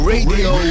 Radio